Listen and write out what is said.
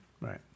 Right